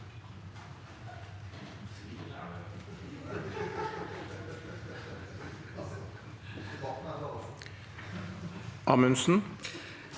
Amundsen